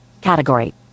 Category